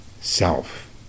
self